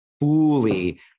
fully